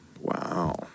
Wow